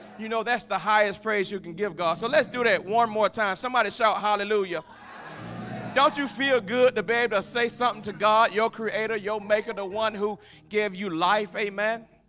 you know, that's the highest phrase you can give gone. so let's do that one more time. somebody shout hallelujah don't you feel good to baby us say something to god your creator your maker. the one who gave you life. amen.